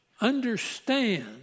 understand